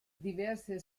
diverse